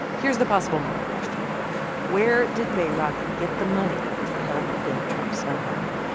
here's the possible mueller question where did bayrock get the money to help build trump soho?